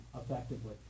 effectively